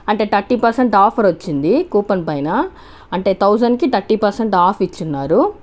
అంటే thirty percent offer వచ్చింది coupon పైన అంటే థౌజండ్కి థర్టీ పర్సెంట్ ఆఫర్ ఇచ్చి ఉన్నారు